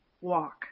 walk